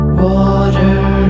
water